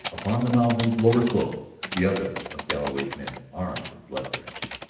upon the mountain's lower slope the others of galloway's men, armed and bloodthirsty.